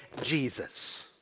Jesus